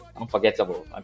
unforgettable